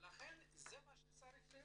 לכן זה מה שצריך להיות.